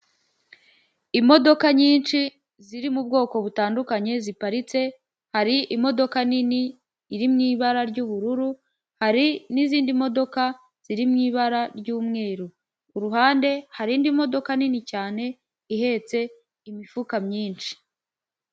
Imodoka nyinshi ziri mu bwoko butandukanye ziparitse, hari imodoka nini iri mu ibara ry'ubururu, hari n'izindi modoka ziri mu ibara ry'umweru; ku ruhande hari indi modoka nini cyane, ihetse imifuka myinshi.